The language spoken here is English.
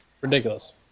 Ridiculous